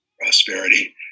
prosperity